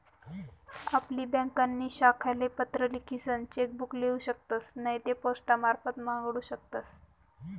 आपली ब्यांकनी शाखाले पत्र लिखीसन चेक बुक लेऊ शकतस नैते पोस्टमारफत मांगाडू शकतस